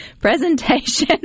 Presentation